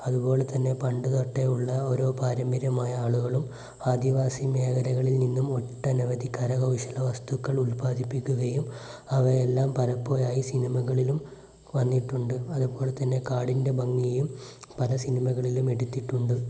അതുപോലെതന്നെ പണ്ട് തൊട്ടേയുള്ള ഓരോ പാരമ്പര്യമായ ആളുകളും ആദിവാസി മേഖലകളില് നിന്നും ഒട്ടനവധി കരകൗശല വസ്തുക്കൾ ഉൽപാദിപ്പിക്കുകയും അവയെല്ലാം പലപ്പോഴായി സിനിമകളിലും വന്നിട്ടുണ്ട് അതുപോലെതന്നെ കാടിൻ്റെ ഭംഗിയും പല സിനിമകളിലും എടുത്തിട്ടുണ്ട്